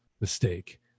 mistake